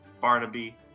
Barnaby